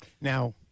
Now